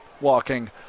walking